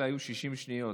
אלה היו 60 שניות